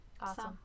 awesome